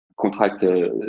contract